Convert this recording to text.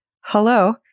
hello